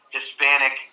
Hispanic